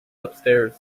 upstairs